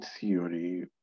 theory